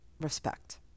respect